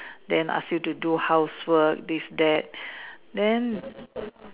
then ask you to do housework this that then